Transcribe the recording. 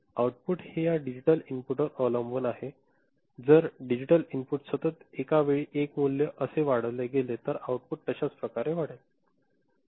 output हे आपल्या digital इनपुटवर अवलंबून आहे जर डिजिटल इनपुट सतत एका वेळी 1 मूल्य असे वाढविले गेले तर तर आउटपुट तश्याच प्रकारे वाढेल